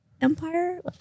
empire